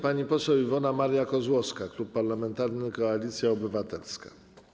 Pani poseł Iwona Maria Kozłowska, Klub Parlamentarny Koalicja Obywatelska.